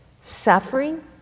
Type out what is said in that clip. suffering